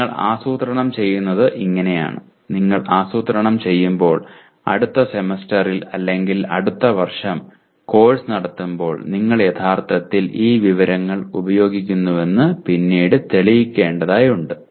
അതിനാൽ നിങ്ങൾ ആസൂത്രണം ചെയ്യുന്നത് ഇങ്ങനെയാണ് നിങ്ങൾ ആസൂത്രണം ചെയ്യുമ്പോൾ അടുത്ത സെമസ്റ്ററിൽ അല്ലെങ്കിൽ അടുത്ത വർഷം കോഴ്സ് നടത്തുമ്പോൾ നിങ്ങൾ യഥാർത്ഥത്തിൽ ഈ വിവരങ്ങൾ ഉപയോഗിക്കുന്നുവെന്ന് പിന്നീട് തെളിയിക്കേണ്ടതുണ്ട്